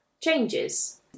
changes